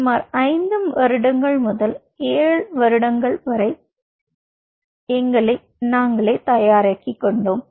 சுமார் 5 முதல் 7 வருடங்கள் வரை எங்களை தயாராக்கியது